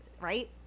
right